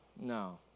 No